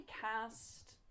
cast